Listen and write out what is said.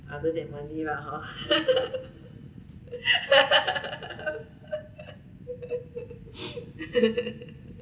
other than money lah hor